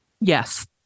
Yes